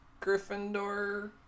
Gryffindor